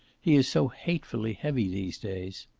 he is so hatefully heavy these days.